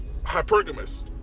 hypergamous